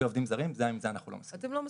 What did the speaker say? עובדים זרים - עם זה אנחנו לא מסכימים.